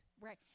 Right